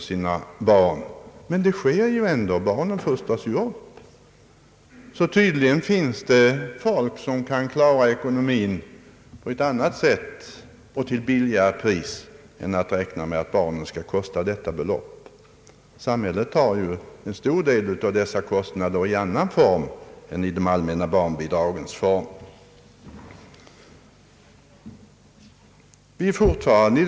Men barnen fostras ju ändå, så tydligen finns det människor som kan klara uppgiften på ett annat sätt och till lägre pris. Samhället tar ju en stor del av kostnaderna i annan form än genom det allmänna barnbidraget.